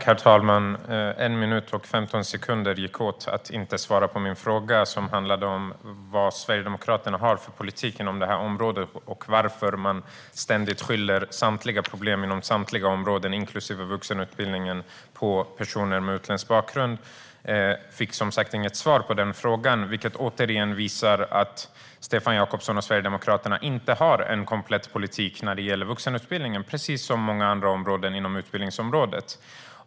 Herr talman! En minut och 15 sekunder gick åt till att inte svara på min fråga som handlade om vad Sverigedemokraterna har för politik inom det här området och varför man ständigt skyller samtliga problem inom samtliga områden inklusive vuxenutbildningen på personer med utländsk bakgrund. Jag fick som sagt inget svar på det, vilket återigen visar att Stefan Jakobsson och Sverigedemokraterna inte har en komplett politik när det gäller vuxenutbildningen, precis som i många andra delar inom utbildningsområdet.